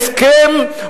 הסכם,